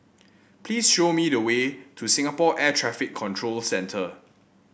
please show me the way to Singapore Air Traffic Control Centre